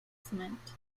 cement